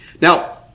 Now